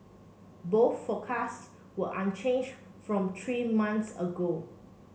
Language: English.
both forecasts were unchanged from three months ago